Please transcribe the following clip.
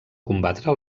combatre